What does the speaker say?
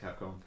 Capcom